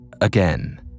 again